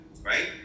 right